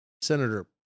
Senator